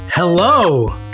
Hello